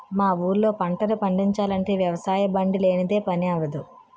మా ఊళ్ళో పంటలు పండిచాలంటే వ్యవసాయబండి లేనిదే పని అవ్వదు